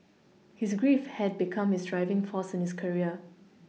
his grief had become his driving force in his career